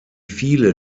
viele